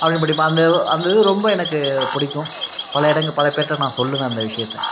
அப்டின்னு படிப்பேன் அந்த ஒ அந்த இது ரொம்ப எனக்குப் பிடிக்கும் பல இடங்கள் பல பேர்கிட்ட நான் சொல்லுவேன் அந்த விஷயத்தை